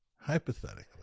Hypothetically